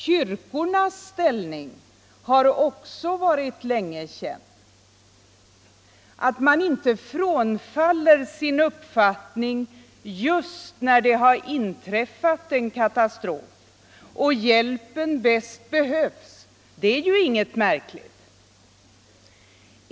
Kyrkornas ställning har också varit länge känd. Att man inte frånfaller sin uppfattning just när det inträffat en katastrof och hjälpen bäst behövs är ju inget märkligt.